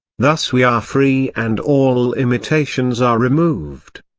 thus we are free and all limitations are removed.